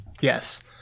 Yes